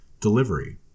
Delivery